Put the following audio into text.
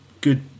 good